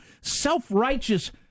self-righteous